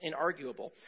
inarguable